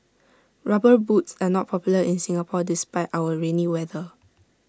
rubber boots are not popular in Singapore despite our rainy weather